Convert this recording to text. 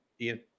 Ian